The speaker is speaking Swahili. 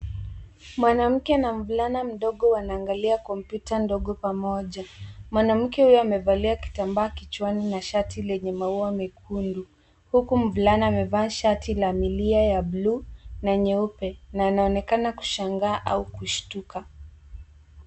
Mwanamke na mvulana mdogo wanaangalia kompyuta ndogo pamoja. Mwanamke uyo amevalia kitambaa kichwani na shati lenye maua mekundu. Huku mvulana amevaa shati la milia ya buluu na nyeupe na anaonekana kushangaa au kushtuka.